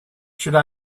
should